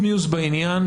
החדשות הטובות בעניין,